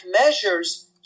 measures